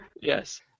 Yes